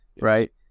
right